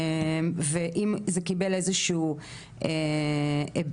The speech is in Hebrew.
ואם זה קיבל איזשהו היבט?